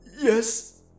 Yes